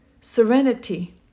serenity